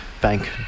bank